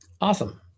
Awesome